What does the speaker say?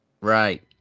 Right